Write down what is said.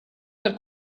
per